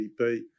GDP